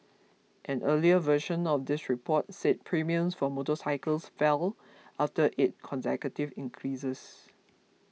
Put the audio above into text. an earlier version of this report said premiums for motorcycles fell after eight consecutive increases